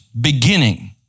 beginning